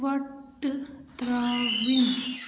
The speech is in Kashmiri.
وۄٹھٕ ترٛ ترٛاوٕنۍ